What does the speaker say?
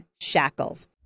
shackles